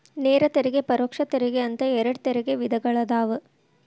ನೇರ ತೆರಿಗೆ ಪರೋಕ್ಷ ತೆರಿಗೆ ಅಂತ ಎರಡ್ ತೆರಿಗೆ ವಿಧಗಳದಾವ